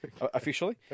officially